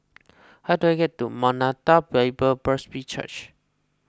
how do I get to Maranatha Bible Presby Church